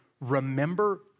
remember